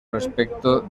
respecto